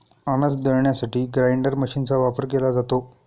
अनाज दळण्यासाठी ग्राइंडर मशीनचा वापर केला जातो